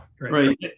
Right